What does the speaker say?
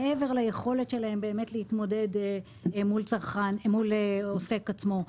מעבר ליכולת שלהם באמת להתמודד מול העוסק עצמו.